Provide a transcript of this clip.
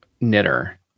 knitter